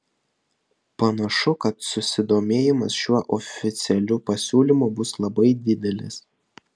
panašu kad susidomėjimas šiuo oficialiu pasiūlymu bus labai didelis